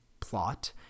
plot